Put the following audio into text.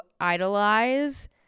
idolize